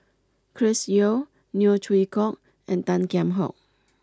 Chris Yeo Neo Chwee Kok and Tan Kheam Hock